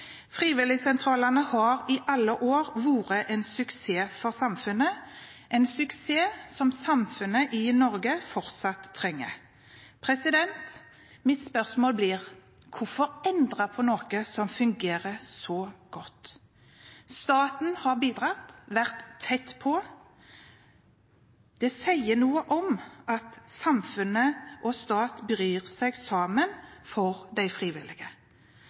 Frivilligsentralene har i alle år vært en suksess for samfunnet, en suksess som samfunnet i Norge fortsatt trenger. Mitt spørsmål blir: Hvorfor endre på noe som fungerer så godt? Staten har bidratt, vært tett på. Det sier noe om at samfunnet og staten bryr seg – sammen – for de frivillige.